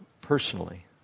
personally